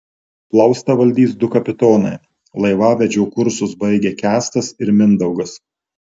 plaustą valdys du kapitonai laivavedžio kursus baigę kęstas ir mindaugas